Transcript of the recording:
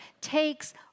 takes